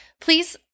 please